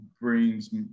brings